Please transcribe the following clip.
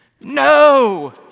No